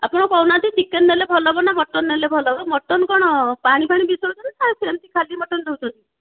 ଆପଣ କହୁନାହାନ୍ତି ଚିକେନ୍ ନେଲେ ଭଲ ହେବ ନା ମଟନ୍ ନେଲେ ଭଲ ହେବ ମଟନ୍ କ'ଣ ପାଣି ଫାଣି ମିଶାଉଛନ୍ତି ନା ସେମିତି ଖାଲି ମଟନ୍ ଦେଉଛନ୍ତି